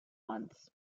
ones